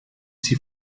sie